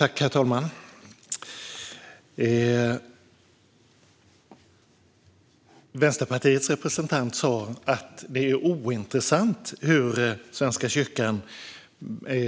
Herr talman! Vänsterpartiets representant sa att det är ointressant hur Svenska kyrkan